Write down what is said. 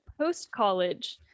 post-college